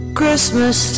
Christmas